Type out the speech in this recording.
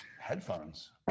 Headphones